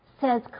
says